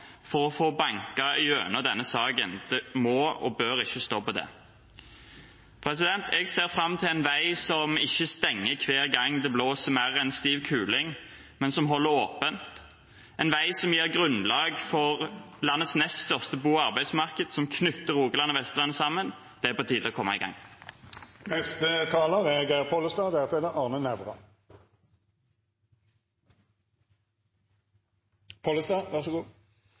for å få banket gjennom denne saken. Det må og bør ikke stå på det. Jeg ser fram til en vei som ikke stenger hver gang det blåser mer enn stiv kuling, men som holder åpent, en vei som gir grunnlag for landets nest største bo- og arbeidsmarked, som knytter Rogaland og Vestland sammen. Det er på tide å komme i gang. Senterpartiet har ei klar forventning om at Rogfast skal realiserast – Rogfast er